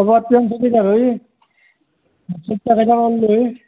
ক'ৰবাত যেন দুইটা চাৰিটা পাৰিলো হয়